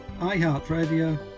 iHeartRadio